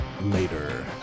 Later